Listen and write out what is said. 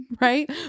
Right